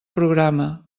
programa